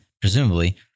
presumably